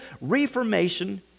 reformation